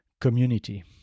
community